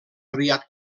aviat